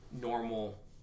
Normal